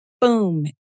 boom